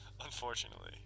Unfortunately